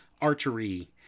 archery